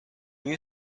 you